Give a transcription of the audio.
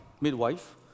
midwife